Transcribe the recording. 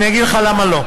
אני אגיד לך למה לא.